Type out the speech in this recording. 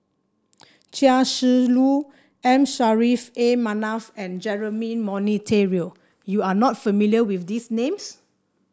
Chia Shi Lu M Saffri A Manaf and Jeremy Monteiro you are not familiar with these names